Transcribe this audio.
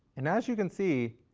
and as you can see,